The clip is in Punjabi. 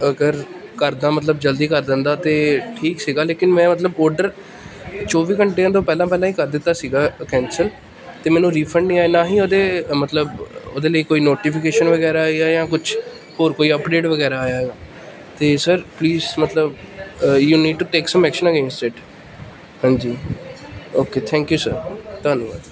ਅਗਰ ਕਰਦਾ ਮਤਲਬ ਜਲਦੀ ਕਰ ਦਿੰਦਾ ਤਾਂ ਠੀਕ ਸੀਗਾ ਲੇਕਿਨ ਮੈਂ ਮਤਲਬ ਔਡਰ ਚੌਵੀ ਘੰਟਿਆਂ ਤੋਂ ਪਹਿਲਾਂ ਪਹਿਲਾਂ ਹੀ ਕਰ ਦਿੱਤਾ ਸੀਗਾ ਕੈਂਸਲ ਅਤੇ ਮੈਨੂੰ ਰਿਫੰਡ ਨਹੀਂ ਆਇਆ ਨਾ ਹੀ ਓਹਦੇ ਮਤਲਬ ਓਹਦੇ ਲਈ ਕੋਈ ਨੋਟੀਫਿਕੇਸ਼ਨ ਵਗੈਰਾ ਆਈ ਹੈ ਜਾਂ ਕੁਛ ਹੋਰ ਕੋਈ ਅੱਪਡੇਟ ਵਗੈਰਾ ਆਇਆ ਹੈਗਾ ਅਤੇ ਸਰ ਪਲੀਸ ਮਤਲਬ ਹਾਂਜੀ ਓਕੇ ਥੈਂਕ ਊ ਸਰ ਧੰਨਵਾਦ